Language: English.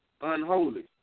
unholy